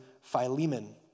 Philemon